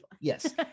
Yes